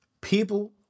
People